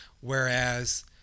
Whereas